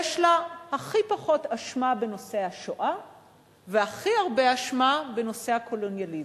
יש לה הכי פחות אשמה בנושא השואה והכי הרבה אשמה בנושא הקולוניאליזם.